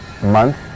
Month